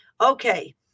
okay